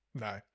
No